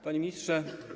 Panie Ministrze!